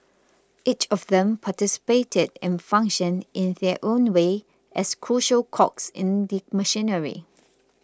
each of them participated and functioned in their own way as crucial cogs in the machinery